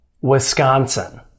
Wisconsin